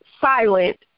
silent